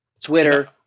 Twitter